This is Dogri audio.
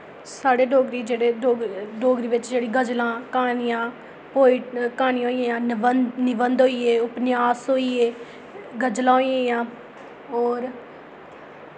साढ़े डोगरी जेह्ड़े डोगरी बिच जेह्ड़ी गजलां क्हानियां पोइट्री क्हानियां होई गेइयां निबंध होई गे उपन्यास होई गे गजलां होई गेइयां होर